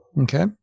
Okay